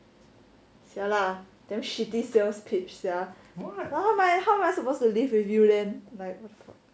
sia lah damn shitty sales pitch sia my how am I suppose to live with you then what the fuck